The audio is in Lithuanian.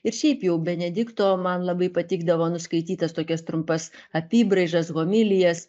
ir šiaip jau benedikto man labai patikdavo nu skaityt tas tokias trumpas apybraižas homilijas